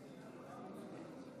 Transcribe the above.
ותעבור להמשך דיון בוועדת הכלכלה של הכנסת.